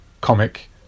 comic